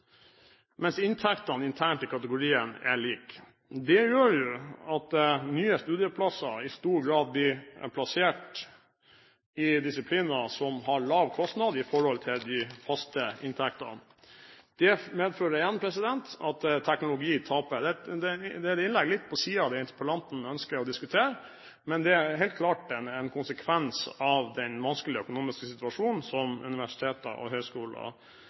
mens inntektene internt i kategorien er like. Det gjør at nye studieplasser i stor grad blir plassert i disipliner som har lav kostnad i forhold til de faste inntektene. Det medfører igjen at teknologi taper. Det er et innlegg litt på siden av det interpellanten ønsker å diskutere, men dette er helt klart en konsekvens av den vanskelige økonomiske situasjonen som universiteter og